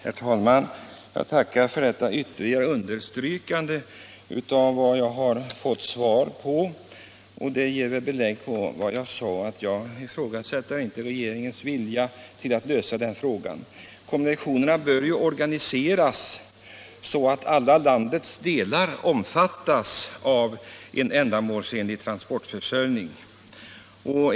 Herr talman! Jag tackar för detta ytterligare understrykande, som ger belägg för vad jag sade. Jag ifrågasätter inte regeringens vilja att lösa denna fråga. Kommunikationerna behöver organiseras så att alla landsdelar omfattas av en ändamålsenlig transportförsörjning.